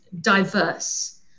diverse